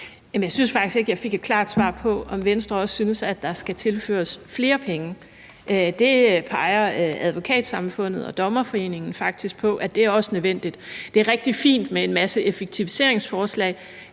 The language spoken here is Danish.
Jeg synes faktisk ikke, jeg fik et klart svar på, om Venstre også synes, at der skal tilføres flere penge. Det peger Advokatsamfundet og Dommerforeningen faktisk på også er nødvendigt. Det er rigtig fint med en masse effektiviseringsforslag,